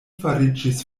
fariĝis